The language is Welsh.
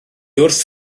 wrth